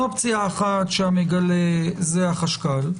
אופציה אחת, שהמגלה הוא החשכ"ל,